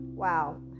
wow